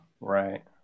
Right